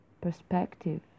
perspective